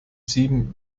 sieben